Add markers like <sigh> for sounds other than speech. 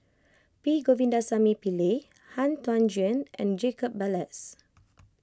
P Govindasamy Pillai Han Tan Juan and Jacob Ballas <noise>